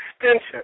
extension